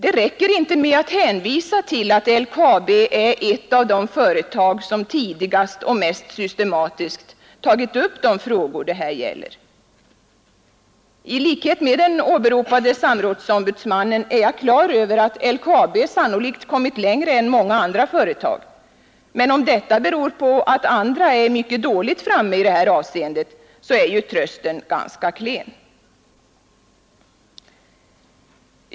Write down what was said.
Det räcker inte med att hänvisa till att LKAB är ett av de företag som tidigast och mest systematiskt tagit upp de frågor det här gäller. I likhet med den åberopade samrådsombudsmannen är jag på det klara med att LKAB sannolikt har kommit längre än många andra företag, men om detta beror på att andra är mycket dåligt framme i det här avseendet, så är ju trösten ganska klen.